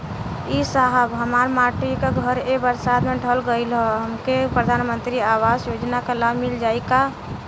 ए साहब हमार माटी क घर ए बरसात मे ढह गईल हमके प्रधानमंत्री आवास योजना क लाभ मिल जाई का?